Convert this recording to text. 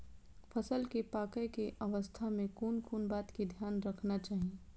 फसल के पाकैय के अवस्था में कोन कोन बात के ध्यान रखना चाही?